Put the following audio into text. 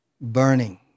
burning